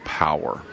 power